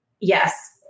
Yes